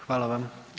Hvala vam.